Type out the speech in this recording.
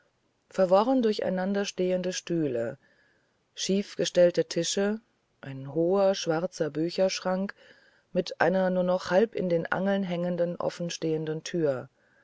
verworren durcheinander stehende stühle schiefgestellte tische ein hoher schwarzer bücherschrank mit einer nur noch halb in den angeln hängenden offenstehenden tür